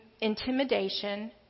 intimidation